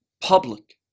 public